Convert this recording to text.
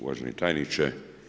Uvaženi tajniče.